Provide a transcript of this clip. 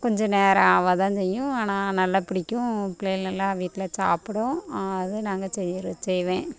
கொஞ்சம் நேரம் ஆகதான் செய்யும் ஆனால் நல்லா பிடிக்கும் பிள்ளைகள் நல்லா வீட்டில் சாப்பிடும் அது நாங்கல் செய்கிற செய்வேன்